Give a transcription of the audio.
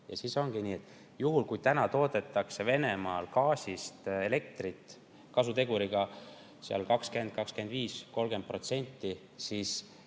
Ja siis ongi nii, et kui täna toodetakse Venemaal gaasist elektrit kasuteguriga 20%, 25% või 30%, siis